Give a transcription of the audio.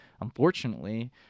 unfortunately